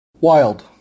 Wild